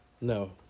No